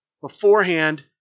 beforehand